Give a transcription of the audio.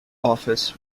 office